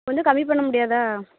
கொஞ்சம் கம்மி பண்ண முடியாதா